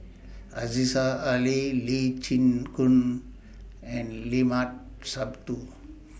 Aziza Ali Lee Chin Koon and Limat Sabtu